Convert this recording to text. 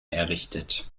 errichtet